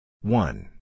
One